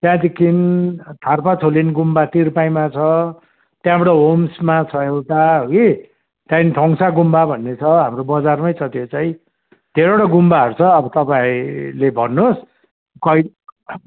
त्यहाँदेखि थार्पाछोलिन गुम्बा तिर्पाइमा छ त्यहाँबाट होम्समा छ एउटा हगी त्यहाँदेखि ठोङ्सा गुम्बा भन्ने छ हाम्रो बजारमै छ त्यो चाहिँ धेरैवटा गुम्बाहरू छ अब तपाईँले भन्नुहोस्